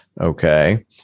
Okay